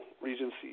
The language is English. Regency